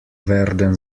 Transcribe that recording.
werden